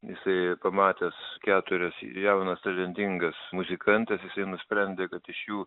jisai pamatęs keturias jaunas talentingas muzikantes jisai nusprendė kad iš jų